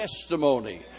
testimony